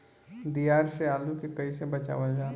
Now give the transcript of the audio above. दियार से आलू के कइसे बचावल जाला?